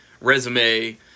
resume